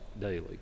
daily